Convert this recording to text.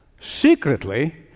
secretly